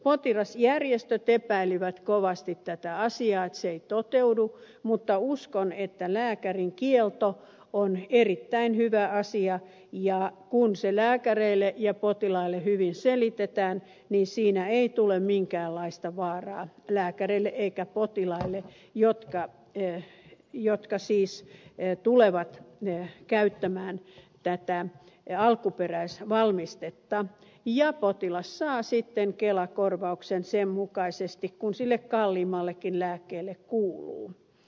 potilasjärjestöt epäilivät kovasti tätä asiaa että se ei toteudu mutta uskon että lääkärin kielto on erittäin hyvä asia ja kun se lääkäreille ja potilaille hyvin selitetään niin siinä ei tule minkäänlaista vaaraa lääkäreille eikä potilaille jotka tulevat käyttämään alkuperäisvalmistetta ja potilas saa sitten kelakorvauksen sen mukaisesti kuin sille kalliimmallekin lääkkeelle kuuluu